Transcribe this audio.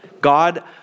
God